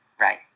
Right